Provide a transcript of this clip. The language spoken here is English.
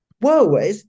Whoa